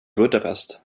budapest